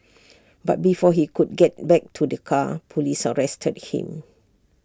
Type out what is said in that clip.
but before he could get back to the car Police arrested him